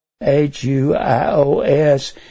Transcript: H-U-I-O-S